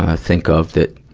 ah think of that,